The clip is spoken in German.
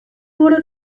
wurde